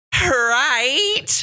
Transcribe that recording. Right